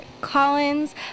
Collins